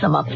समाप्त